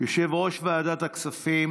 יושב-ראש ועדת הכספים.